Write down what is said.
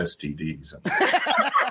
STDs